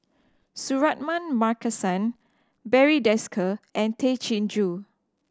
Suratman Markasan Barry Desker and Tay Chin Joo